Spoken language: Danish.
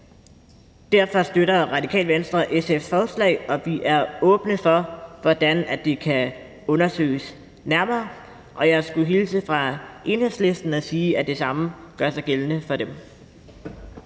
Derfor støtter Radikale Venstre SF's forslag, og vi er åbne for, hvordan det kan undersøges nærmere. Jeg skulle hilse fra Enhedslisten og sige, at det samme gør sig gældende for dem.